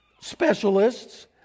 specialists